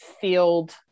field